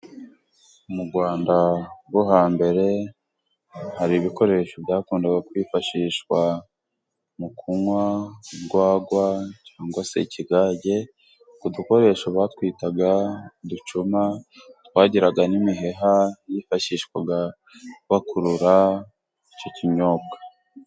Mu Rwanda rwo hambere, hari ibikoresho byakundaga kwifashishwa mu kunywa urwagwa cyangwa se ikigage, utwo dukoresho batwitaga uducuma twagiraga n'imiheha yifashishwaga bakurura icyo kinyobwa.